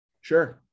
Sure